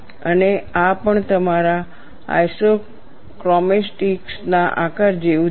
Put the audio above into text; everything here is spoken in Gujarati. અને આ પણ તમારા આઇસોક્રોમેટિક્સ ના આકાર જેવું જ છે